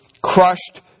crushed